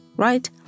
right